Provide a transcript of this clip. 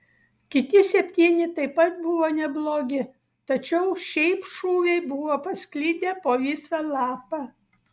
kiti septyni taip pat buvo neblogi tačiau šiaip šūviai buvo pasklidę po visą lapą